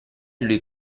lui